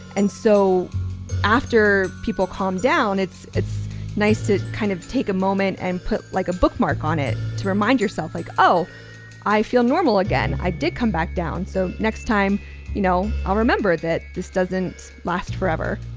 and so after people calm down it's it's nice to kind of take a moment and put like a bookmark on it to remind yourself like oh i feel normal again i did come back down so next time you know i'll remember that this doesn't last forever